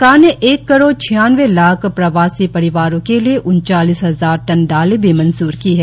सरकार ने एक करोड़ छ्यानवें लाख प्रवासी परिवारों के लिए उनचालीस हजार टन दालें भी मंजूर की है